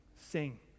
sing